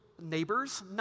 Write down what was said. Neighbors